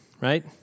right